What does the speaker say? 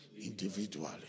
Individually